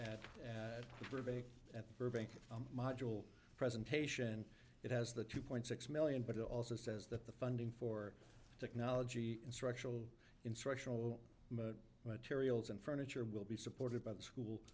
module presentation it has the two point six million but it also says that the funding for technology in structural instructional materials and furniture will be supported by the school